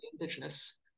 indigenous